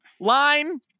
line